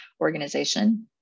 organization